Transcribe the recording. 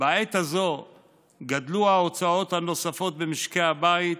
בעת הזאת גדלו ההוצאות הנוספות במשקי הבית,